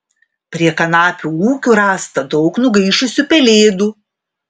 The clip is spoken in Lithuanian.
prie kanapių ūkių rasta daug nugaišusių pelėdų